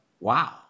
wow